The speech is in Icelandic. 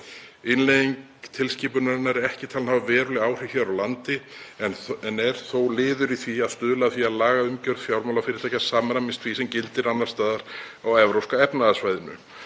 „Innleiðing tilskipunarinnar er ekki talin hafa veruleg áhrif hér á landi, en er þó liður í því að stuðla að því að lagaumgjörð fjármálafyrirtækja samræmist því sem gildir annars staðar á Evrópska efnahagssvæðinu.“